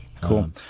cool